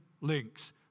links